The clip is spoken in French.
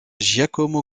giacomo